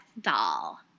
doll